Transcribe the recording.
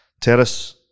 Terrace